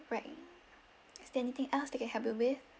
right is there anything else that I can help you with